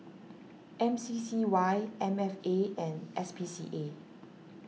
M C C Y M F A and S P C A